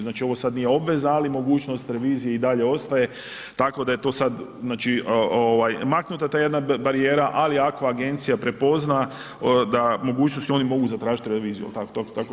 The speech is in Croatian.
Znači ovo sad nije obveza, ali mogućnost revizije i dalje ostaje, tako da je to sad maknuta ta jedna barijera, ali ako agencija prepozna da mogućnost, oni mogu zatražiti reviziju, je li tako?